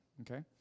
Okay